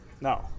No